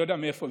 רגע,